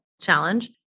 challenge